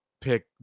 pick